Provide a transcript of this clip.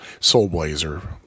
soulblazer